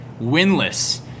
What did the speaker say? winless